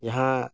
ᱡᱟᱦᱟᱸ